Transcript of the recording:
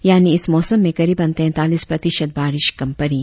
यानि इस मौसम में करीबन तैंतालीस प्रतिशत बारीश कम पड़ी